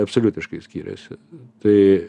absoliutiškai skiriasi tai